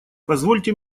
позвольте